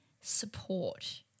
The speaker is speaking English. support